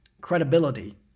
credibility